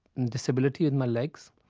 and disability of my legs,